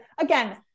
again